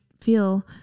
feel